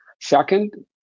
Second